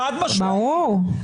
ברור.